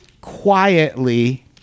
quietly